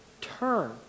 Turn